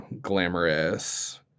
glamorous